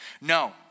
No